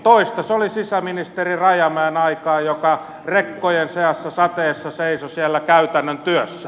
toista se oli sisäministeri rajamäen aikana joka rekkojen seassa sateessa seisoi siellä käytännön työssä